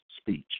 speech